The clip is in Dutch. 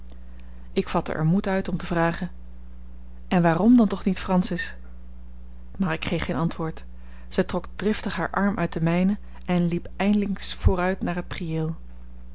ik vatte er moed uit om te vragen en waarom dan toch niet francis maar ik kreeg geen antwoord zij trok driftig haar arm uit den mijnen en liep ijlings vooruit naar het priëel